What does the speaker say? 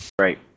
Right